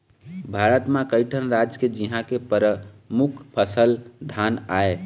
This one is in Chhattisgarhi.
भारत म कइठन राज हे जिंहा के परमुख फसल धान आय